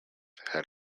had